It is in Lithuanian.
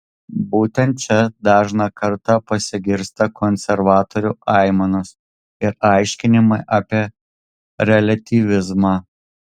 būtent čia dažną kartą pasigirsta konservatorių aimanos ir aiškinimai apie reliatyvizmą